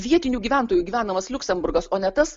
vietinių gyventojų gyvenamas liuksemburgas o ne tas